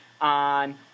on